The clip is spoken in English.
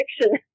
fiction